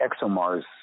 ExoMars